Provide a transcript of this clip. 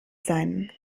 sein